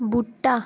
बूह्टा